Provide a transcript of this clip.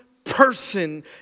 Person